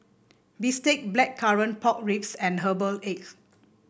bistake Blackcurrant Pork Ribs and Herbal Egg